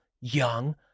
young